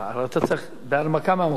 בהנמקה מהמקום זה,